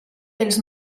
pels